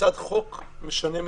כיצד חוק משנה מציאות.